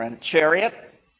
chariot